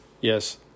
Yes